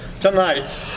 tonight